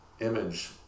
image